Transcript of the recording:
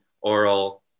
oral